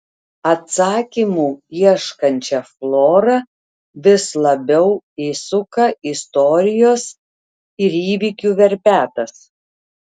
atsakymų ieškančią florą vis labiau įsuka istorijos ir įvykių verpetas